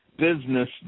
Business